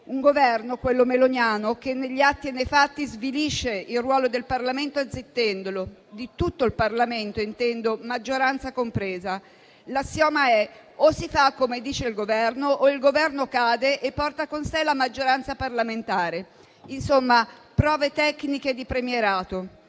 un Governo, quello meloniano, che negli atti e nei fatti svilisce il ruolo del Parlamento azzittendolo. Intendo di tutto il Parlamento, maggioranza compresa. L'assioma è il seguente: o si fa come dice il Governo o il Governo cade e porta con sé la maggioranza parlamentare; insomma, prove tecniche di premierato.